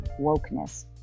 wokeness